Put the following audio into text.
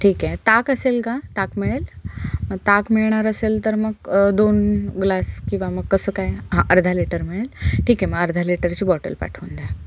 ठीक आहे ताक असेल का ताक मिळेल मग ताक मिळणार असेल तर मग दोन ग्लास किंवा मग कसं काय हां अर्धा लिटर मिळेल ठीक आहे मग अर्धा लीटरची बॉटल पाठवून द्या